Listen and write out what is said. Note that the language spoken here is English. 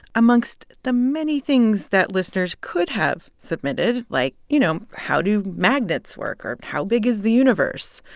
amongst the many things that listeners could have submitted, like, you know, how do magnets work or how big is the universe,